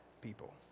people